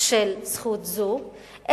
של זכות זאת,